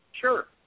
Sure